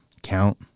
count